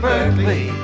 Berkeley